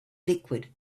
liquid